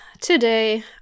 Today